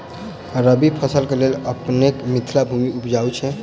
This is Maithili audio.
रबी फसल केँ लेल अपनेक मिथिला भूमि उपजाउ छै